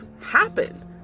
happen